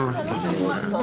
בוקר טוב,